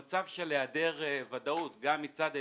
במצב של היעדר ודאות גם מצד היבואנים,